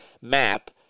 map